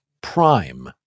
Prime